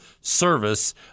service